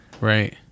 Right